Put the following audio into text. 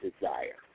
desire